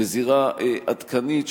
לזירה עדכנית,